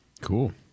Cool